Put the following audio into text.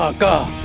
ah go